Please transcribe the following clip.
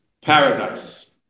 paradise